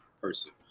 person